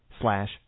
slash